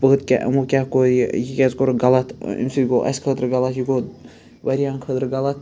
پتھ کیٛاہ یِمو کیٛاہ کوٚر یہِ کیازِ کوٚرُکھ غَلط امہِ سۭتۍ گوٚو اَسہِ خٲطرٕ غ لط یہِ گوٚو واریاہَن خٲطرٕ غَلط